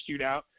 shootout